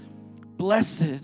Blessed